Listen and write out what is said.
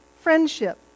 Friendship